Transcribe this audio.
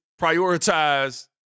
prioritize